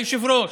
היושב-ראש,